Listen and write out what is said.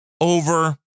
over